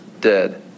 dead